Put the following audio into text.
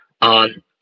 on